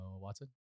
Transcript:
Watson